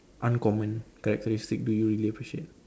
uncommon characteristic do you really appreciate